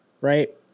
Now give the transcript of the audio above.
Right